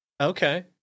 Okay